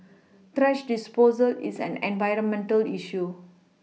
thrash disposal is an environmental issue